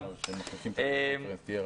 אני פותח את הדיון.